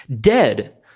dead